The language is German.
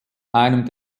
einem